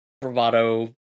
bravado